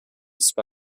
spy